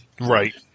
Right